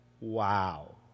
wow